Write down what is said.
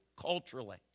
culturally